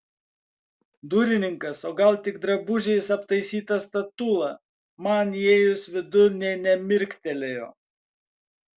durininkas o gal tik drabužiais aptaisyta statula man įėjus vidun nė nemirktelėjo